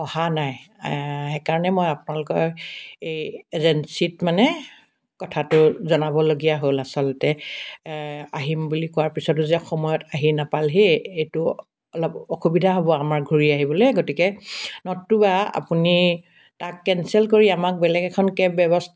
অহা নাই সেইকাৰণে মই আপোনালোকৰ এই এজেঞ্চীত মানে কথাটো জনাবলগীয়া হ'ল আচলতে আহিম বুলি কোৱাৰ পিছতো যে সময়ত আহি নেপালেহি এইটো অলপ অসুবিধা হ'ব আমাৰ ঘূৰি আহিবলৈ গতিকে নতুবা আপুনি তাক কেঞ্চেল কৰি আমাক বেলেগ এখন কেব ব্যৱস্থা